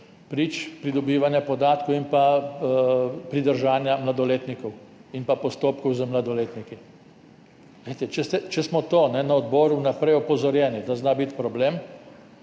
prič, pridobivanja podatkov in pridržanja mladoletnikov in postopkov z mladoletniki. Če smo na to na odboru vnaprej opozorjeni, da zna biti problem,